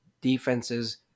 defenses